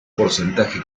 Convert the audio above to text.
porcentaje